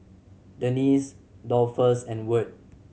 Denese Dolphus and Wirt